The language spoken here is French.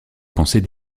pensée